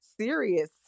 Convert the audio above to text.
serious